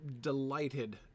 delighted